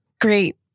Great